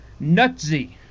nutsy